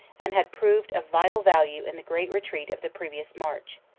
and had proved of vital value in the great retreat of the pre vious march,